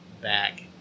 back